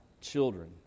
children